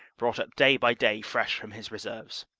brought up day by day fresh from his reserves.